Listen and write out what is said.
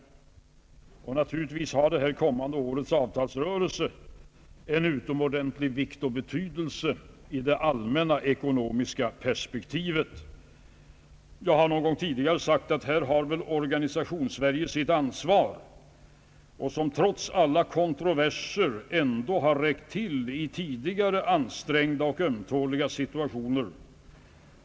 Naturligtvis har det kommande årets avtalsrörelse utomordentligt stor betydelse i det allmänna ekonomiska perspektivet. Jag har väl någon gång tidigare sagt att Organisationssverige på denna punkt har sitt ansvar. Trots alla kontroverser har detta ändå räckt till i tidigare ansträngda och ömtåliga situationer.